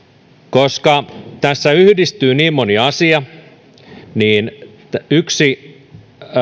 koska tässä yhdistyy niin moni asia niin yksi